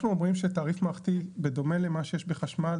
אנחנו אומרים שתעריף מערכתי בדומה למה שיש בחשמל,